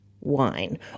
wine